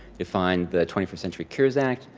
you'll find the twenty first century cures act,